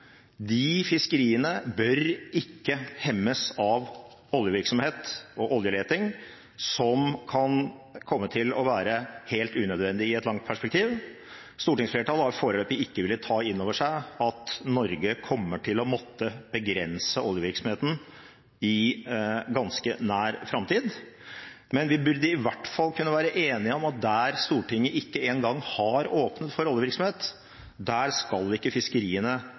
de fiskeriene bør ikke hemmes av oljevirksomhet og oljeleting som kan komme til å være helt unødvendig i et langt perspektiv. Stortingsflertallet har foreløpig ikke villet ta inn over seg at Norge kommer til å måtte begrense oljevirksomheten i ganske nær framtid, men vi burde i hvert fall kunne være enige om at der Stortinget ikke engang har åpnet for oljevirksomhet, der skal ikke fiskeriene